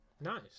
nice